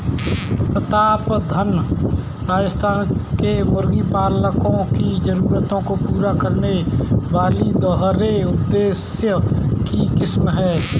प्रतापधन राजस्थान के मुर्गी पालकों की जरूरतों को पूरा करने वाली दोहरे उद्देश्य की किस्म है